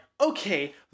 okay